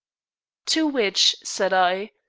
to which, said i,